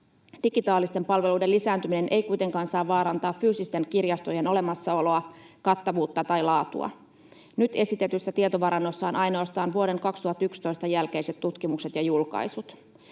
Digitaalisten palveluiden lisääntyminen ei kuitenkaan saa vaarantaa fyysisten kirjastojen olemassaoloa, kattavuutta tai laatua. Nyt esitetyssä tietovarannossa ovat ainoastaan vuoden 2011 jälkeiset tutkimukset ja julkaisut.